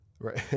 Right